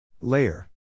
Layer